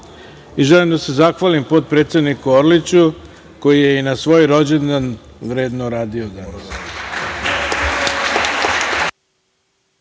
da se zahvalim potpredsedniku Orliću, koji je i na svoj rođendan vredno radio